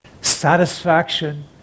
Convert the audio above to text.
satisfaction